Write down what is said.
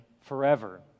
forever